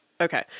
okay